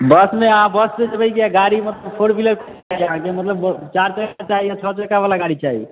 बसमे अहाँ बस से जयबै जे गाड़ीमे फोर व्हीलर जेनाकि मतलब चारि चक्का चाही छओ चक्का बला गाड़ी चाही